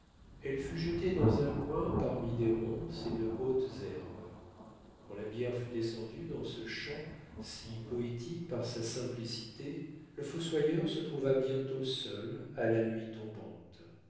elle fut jetée dans un coin parmi des ronces et de hautes herbes quand la bière fut descendue dans ce champ si poétique par sa simplicité le fossoyeur se trouva bientôt seul à la nuit tombante